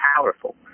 powerful